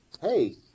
Hey